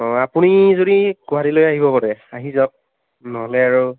অ আপুনি যদি গুৱাহাটীলৈকে আহিব পাৰে আহি যাওক নহ'লে আৰু